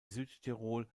südtirol